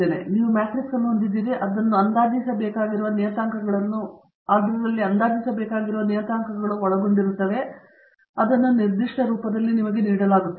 ನಂತರ ನೀವು ಮ್ಯಾಟ್ರಿಕ್ಸ್ ಅನ್ನು ಹೊಂದಿದ್ದೀರಿ ಇದು ಮತ್ತೆ ಅಂದಾಜಿಸಬೇಕಿರುವ ನಿಯತಾಂಕಗಳನ್ನು ಒಳಗೊಂಡಿರುತ್ತದೆ ಮತ್ತು ಇದನ್ನು ಈ ನಿರ್ದಿಷ್ಟ ರೂಪದಲ್ಲಿ ನೀಡಲಾಗುತ್ತದೆ